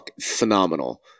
phenomenal